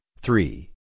three